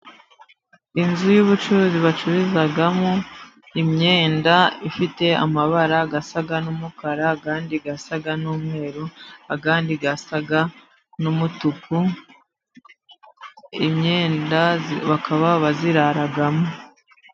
Inzu y'ubucuruzi bacururizamo imyenda ifite amabara asa n'umukara, ayandi asa n'umweru, ayandi asa n'umutuku, imyenda bakaba baziraramo.